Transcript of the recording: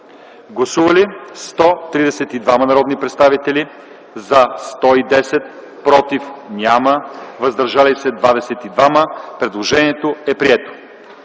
Гласували 132 народни представители: за 110, против няма, въздържали се 22. Предложението е прието.